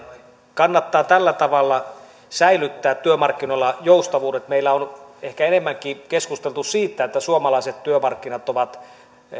kannattaa tällä tavalla säilyttää työmarkkinoilla joustavuudet meillä on ehkä enemmänkin keskusteltu siitä että suomalaiset työmarkkinat ovat